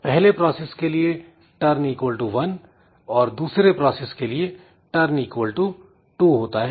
पहले प्रोसेस के लिए Turn 1 और दूसरे प्रोसेस के लिए turn 2 होता है